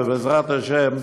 ובעזרת השם,